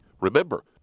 Remember